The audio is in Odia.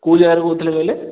କେଉଁ ଯାଗାରୁ କହୁଥିଲେ କହିଲେ